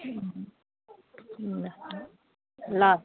ल